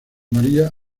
maria